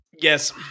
Yes